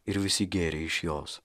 ir visi gėrė iš jos